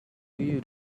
you